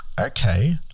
okay